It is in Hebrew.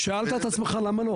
שאלת את עצמך למה?